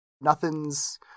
nothing's